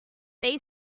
they